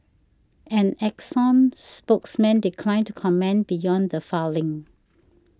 an Exxon spokesman declined to comment beyond the filing